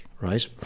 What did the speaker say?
right